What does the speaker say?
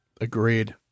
Agreed